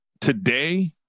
today